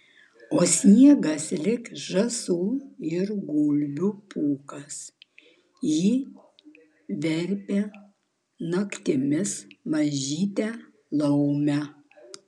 o sniegas lyg žąsų ir gulbių pūkas jį verpia naktimis mažytė laumė